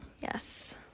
Yes